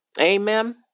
Amen